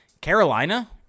Carolina